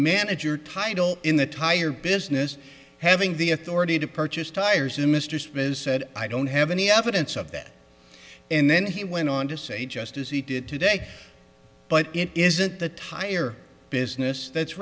manager title in the tire business having the authority to purchase tires and mr smith said i don't have any evidence of that and then he went on to say just as he did today but it isn't the tire business that's